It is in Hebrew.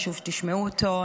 חשוב שתשמעו אותו.